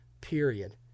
period